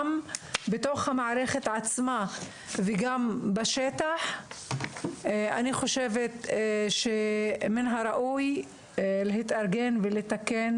גם בתוך המערכת עצמה וגם בשטח אני חושבת שמן הראוי להתארגן ולתקן